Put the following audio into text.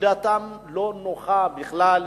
דעתם לא נוחה בכלל,